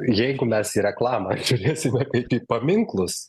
jeigu mes į reklamą žiūrėsime kaip į paminklus